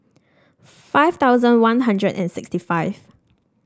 five thousand One Hundred and sixty five